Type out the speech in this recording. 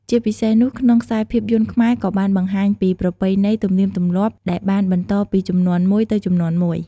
ជាពិសេសនោះក្នុងខ្សែភាពយន្តខ្មែរក៏បានបង្ហាញពី ប្រពៃណីទំនៀមទម្លាប់ដែលបានបន្តពីជំនាន់មួយទៅជំនាន់មួយ ។